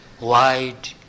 wide